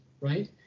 right